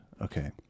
Okay